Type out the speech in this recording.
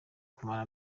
kumara